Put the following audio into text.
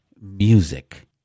music